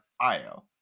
Io